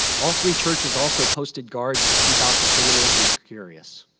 all three churches also posted guards to keep out the criminals and the curious.